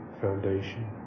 foundation